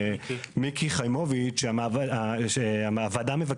פה אנו היום בפני הרחבת החוק.